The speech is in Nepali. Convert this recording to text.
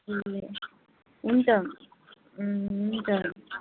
ए हुन्छ हुन्छ